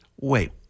Wait